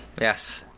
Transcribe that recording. Yes